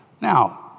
Now